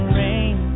rain